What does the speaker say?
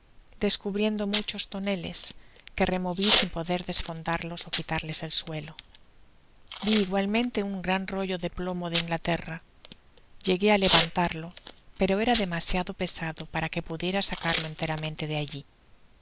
descubriendo muchos toneles que removi sin poder desfondarlos ó quitarles el suelo vi igualmente un gran rollo de plomo de inglaterra llegué á levantarlo pero era demasiado pesado para que pudiera sacarlo enteramente de alli